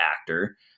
actor